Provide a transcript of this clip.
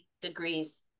degrees